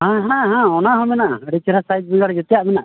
ᱦᱮᱸ ᱦᱮᱸ ᱚᱱᱟ ᱦᱚᱸ ᱢᱮᱱᱟᱜᱼᱟ ᱟᱹᱰᱤ ᱪᱮᱦᱨᱟ ᱥᱟᱹᱭᱤᱡᱽ ᱵᱮᱜᱟᱲ ᱡᱮᱛᱮᱭᱟᱜ ᱢᱮᱱᱟᱜᱼᱟ